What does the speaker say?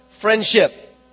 friendship